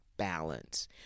balance